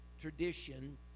tradition